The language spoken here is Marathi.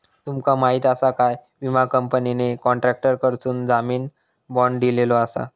तुमका माहीत आसा काय, विमा कंपनीने कॉन्ट्रॅक्टरकडसून जामीन बाँड दिलेलो आसा